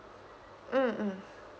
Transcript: mm